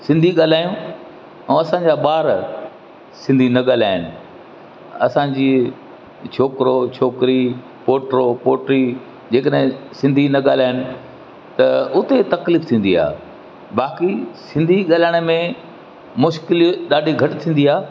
सिंधी ॻाल्हायूं ऐं असांजा ॿार सिंधी न ॻाल्हाइनि असांजी छोकिरो छोकिरी पोटो पोटी जंहिं कॾहिं सिंधी न ॻाल्हाइनि त उते तकलीफ़ु थींदी आहे बाक़ी सिंधी ॻाल्हाइण में मुश्किल ॾाढी घटि थींदी आहे